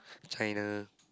China